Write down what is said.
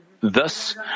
Thus